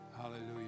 Hallelujah